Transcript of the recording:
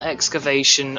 excavation